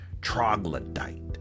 troglodyte